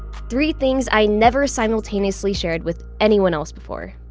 three things i never simultaneously shared with anyone else before